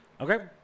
okay